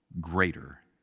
greater